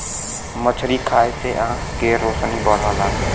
मछरी खाये से आँख के रोशनी बढ़ला